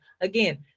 again